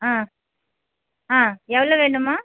ஆ ஆ எவ்வளோ வேணும்மா